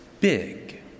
big